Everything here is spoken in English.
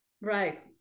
right